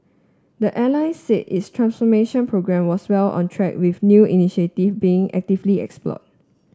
the airline said its transformation programme was well on track with new initiative being actively explored